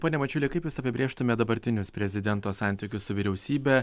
pone mačiuli kaip jūs apibrėžtumėt dabartinius prezidento santykius su vyriausybe